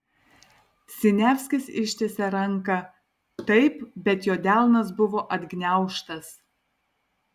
siniavskis ištiesė ranką taip bet jo delnas buvo atgniaužtas